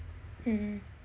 mmhmm